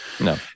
No